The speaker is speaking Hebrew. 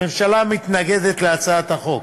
הממשלה מתנגדת להצעת החוק.